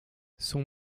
son